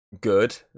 Good